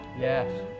Yes